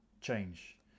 change